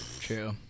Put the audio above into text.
true